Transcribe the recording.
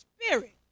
Spirit